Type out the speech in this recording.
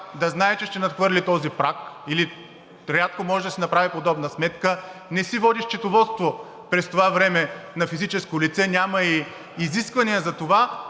да знае, че ще надхвърли този праг, и рядко може да се направи подобна сметка, не се води счетоводство през това време на физическо лице, няма и изисквания за това,